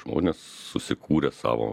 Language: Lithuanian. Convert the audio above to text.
žmonės susikūrę savo